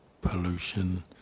pollution